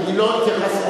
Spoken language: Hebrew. אני לא התייחסתי,